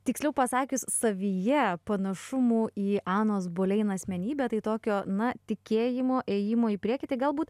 tiksliau pasakius savyje panašumų į anos bolein asmenybę tai tokio na tikėjimo ėjimo į priekį tai galbūt